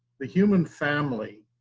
the human family,